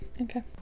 okay